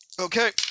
Okay